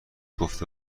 گفته